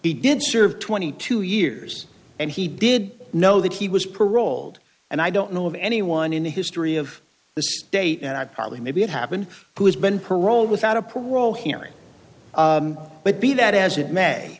he did serve twenty two years and he did know that he was paroled and i don't know of anyone in the history of this state and i probably maybe it happened who has been paroled without a parole hearing but be that as it may